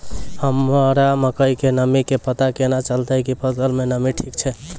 हमरा मकई के नमी के पता केना चलतै कि फसल मे नमी ठीक छै?